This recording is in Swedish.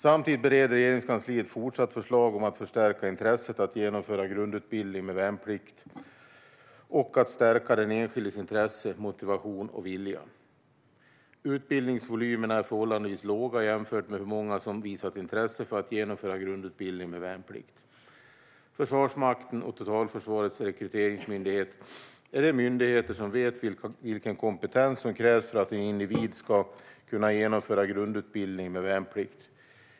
Samtidigt fortsätter Regeringskansliet att bereda förslag om att förstärka intresset att genomföra grundutbildning med värnplikt och att stärka den enskildes intresse, motivation och vilja. Utbildningsvolymerna är förhållandevis låga jämfört med hur många som visar intresse för att genomföra grundutbildning med värnplikt. Försvarsmakten och Totalförsvarets rekryteringsmyndighet är de myndigheter som vet vilken kompetens som krävs för att en individ ska kunna genomföra grundutbildning med värnplikt.